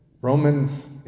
Romans